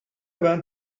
went